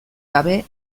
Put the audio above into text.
gabe